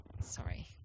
sorry